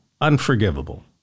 unforgivable